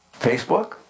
Facebook